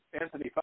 Anthony